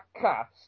cast